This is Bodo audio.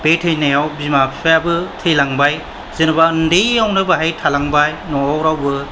बे थैनायाव बिमा बिफायाबो थैलांबाय जेनोबा उन्दैयावनो बेहाय थालांबाय न'वाव रावबो